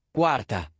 Quarta